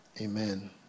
Amen